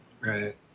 Right